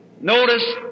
Notice